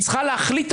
היא צריכה להחליט,